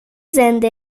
زنده